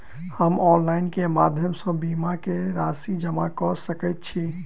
हम ऑनलाइन केँ माध्यम सँ बीमा केँ राशि जमा कऽ सकैत छी?